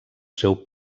seu